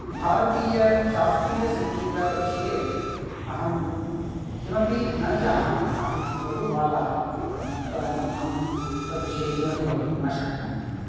भारतीयशास्त्रीयसङ्गीतविषये अहं किमपि न जानामि अहं लघु बालः तदर्थम् अहं तद्विषये किमपि वक्तुं न शक्नोमि